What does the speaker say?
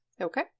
Okay